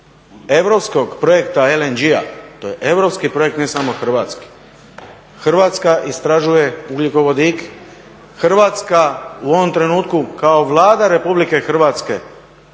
europskog projekta LNG-a. To je europski projekt, ne samo hrvatski. Hrvatska istražuje ugljikovodike, Hrvatska u ovom trenutku kao Vlada Republike Hrvatske